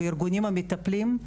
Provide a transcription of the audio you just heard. והארגונים המטפלים.